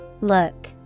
Look